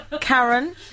Karen